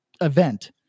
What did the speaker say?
event